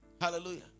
Hallelujah